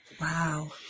Wow